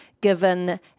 given